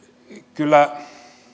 kyllä